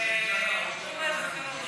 והוא אומר בפירוש,